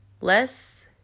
less